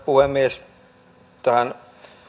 puhemies tähän